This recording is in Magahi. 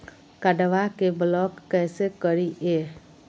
कार्डबा के ब्लॉक कैसे करिए?